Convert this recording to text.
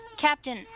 Captain